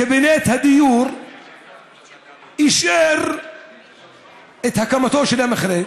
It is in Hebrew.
קבינט הדיור דווקא אישר את הקמתו של המכרה?